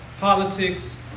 politics